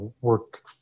work